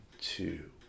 two